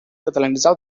catalanitzar